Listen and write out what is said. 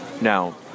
now